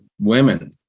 women